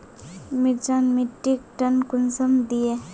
मिर्चान मिट्टीक टन कुंसम दिए?